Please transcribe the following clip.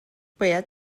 باید